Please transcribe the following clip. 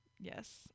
yes